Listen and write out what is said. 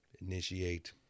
initiate